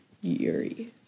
yuri